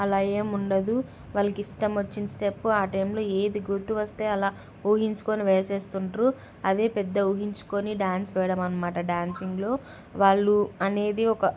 అలా ఏం ఉండదు వాళ్ళకి ఇష్టం వచ్చిన స్టెప్ ఆ టైంలో ఏది గుర్తు వస్తే అలా ఊహించుకొని వేసేస్తూ ఉంటారు అదే పెద్ద ఊహించుకొని డ్యాన్స్ వేయడం అన్నమాట డ్యాన్సింగ్లో వాళ్ళు అనేది ఒక